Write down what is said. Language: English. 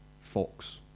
Fox